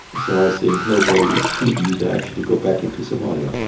so i think nobody is too eager actually to go back into somalia.